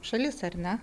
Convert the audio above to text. šalis ar ne